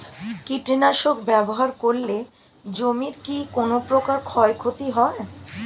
কীটনাশক ব্যাবহার করলে জমির কী কোন প্রকার ক্ষয় ক্ষতি হয়?